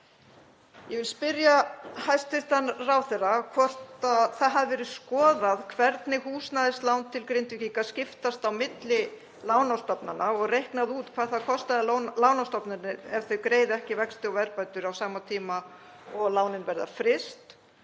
Ég vil spyrja hæstv. ráðherra hvort það hafi verið skoðað hvernig húsnæðislán til Grindvíkinga skiptast á milli lánastofnana og reiknað út hvað það kostaði lánastofnanir ef þau greiða ekki vexti og verðbætur á sama tíma og lánin verða fryst.